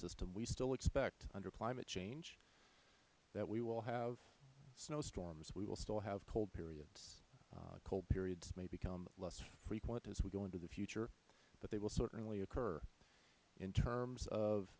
system we still expect under climate change that we will have snowstorms we will still have cold periods cold periods may become less frequent as we go into the future but they will certainly occur in terms of